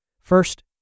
First